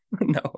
no